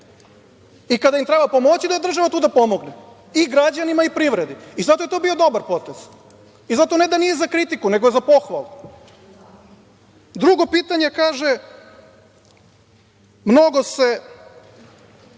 i kada im treba pomoći, da je država tu da pomogne, i građanima i privredi. Zato je to bio dobar potez. Zato ne da nije za kritiku, nego je za pohvalu. Drugo pitanje, mnogo se